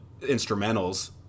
instrumentals